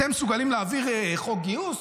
אתם מסוגלים להעביר חוק גיוס?